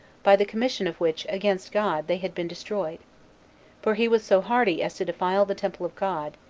by the commission of which against god they had been destroyed for he was so hardy as to defile the temple of god,